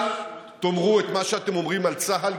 אל תאמרו את מה שאתם אומרים על צה"ל,